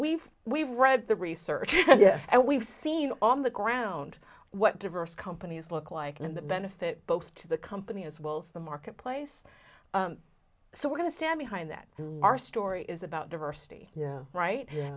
we've we've read the research yes and we've seen on the ground what diverse companies look like and the benefit both to the company as well as the marketplace so we're going to stand behind that and our story is about diversity yeah right